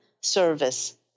service